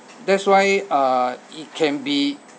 that's why uh it can be